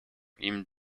ihm